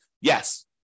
yes